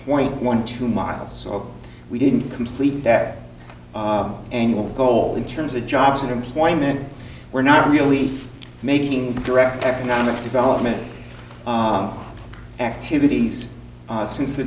point one two miles so we didn't complete that annual goal in terms of jobs and employment we're not really making direct economic development activities since the